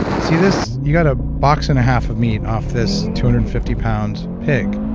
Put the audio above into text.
see this? you got a box and a half of meat off this two hundred fifty pound pig.